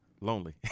lonely